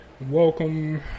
welcome